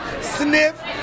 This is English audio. sniff